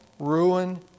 Ruin